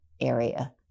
area